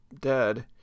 dead